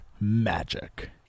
magic